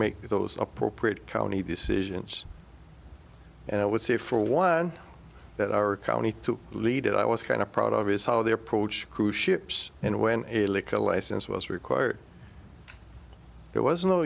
make those appropriate county decisions and i would say for one that our county to lead it i was kind of proud of is how they approach cruise ships and when a liquor license was required there was